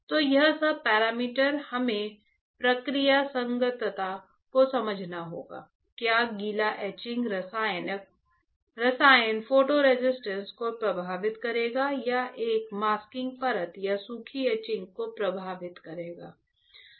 तो यह सब पैरामीटर हमें प्रक्रिया संगतता को समझना होगा क्या गीला एचिंग रसायन फोटो रेसिस्ट को प्रभावित करेगा या एक मैसिंग परत या सूखी एचिंग को प्रभावित करेगी